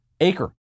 Acre